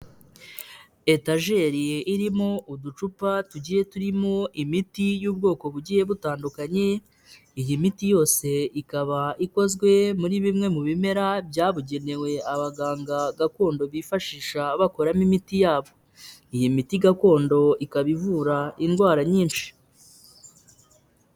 Etajeri irimo uducupa tugiye turimo imiti y'ubwoko bugiye butandukanye, iyi miti yose ikaba ikozwe muri bimwe mu bimera byabugenewe abaganga gakondo bifashisha bakoramo imiti yabo, iyi miti gakondo ikaba ivura indwara nyinshi.